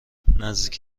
نزدیک